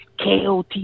KOT